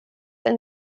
ein